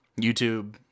YouTube